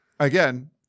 Again